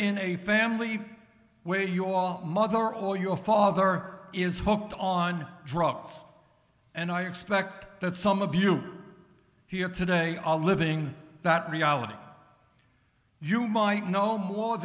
in a family where your mother or your father is hooked on drugs and i expect that some of you here today are living that reality you might know